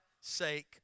sake